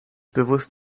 bewusst